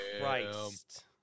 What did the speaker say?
Christ